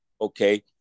Okay